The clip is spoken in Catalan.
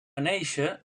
néixer